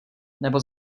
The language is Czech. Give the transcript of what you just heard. nebo